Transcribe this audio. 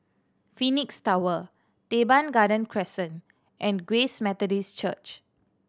Phoenix Tower Teban Garden Crescent and Grace Methodist Church